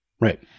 right